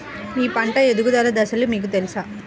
మీ పంట ఎదుగుదల దశలు మీకు తెలుసా?